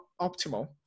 optimal